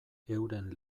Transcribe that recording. euren